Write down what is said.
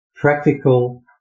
practical